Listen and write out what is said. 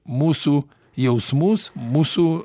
mūsų jausmus mūsų